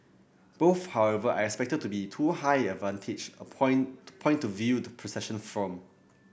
both however are expected to be too high a vantage a point point to view the procession from